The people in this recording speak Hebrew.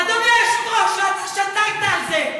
אדוני היושב-ראש, אתה שתקת על זה.